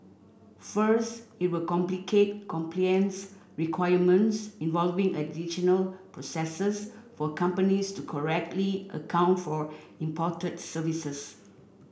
first it will complicate compliance requirements involving additional processes for companies to correctly account for imported services